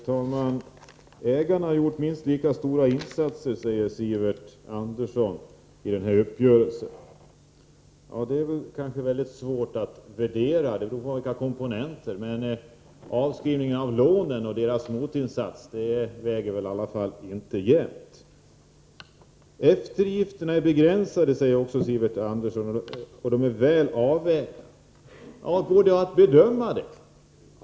Herr talman! Ägarna har gjort minst lika stora insatser i uppgörelsen som staten, säger Sivert Andersson. Det är mycket svårt att värdera. Det beror på vilka komponenter man väljer. Men avskrivningen av lånen och bolagens motinsats väger väl i alla fall inte jämnt? Eftergifterna är begränsade och väl avvägda, säger Sivert Andersson också. Går det att bedöma?